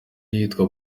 iyitwa